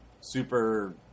Super